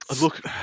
Look